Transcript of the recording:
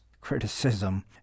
criticism